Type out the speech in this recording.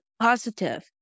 positive